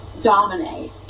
dominate